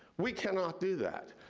we cannot do that.